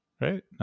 Right